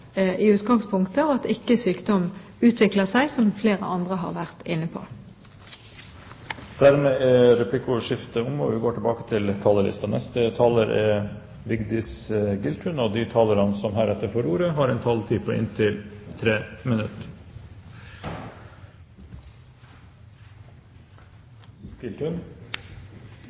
i utgangspunktet, og at ikke sykdom utvikler seg, som flere andre har vært inne på. Replikkordskiftet er dermed omme. De talere som heretter får ordet, har en taletid på inntil 3 minutter. Bruk av vold innenfor psykisk helse handler om tradisjon, kultur og om mangel på